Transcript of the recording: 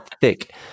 thick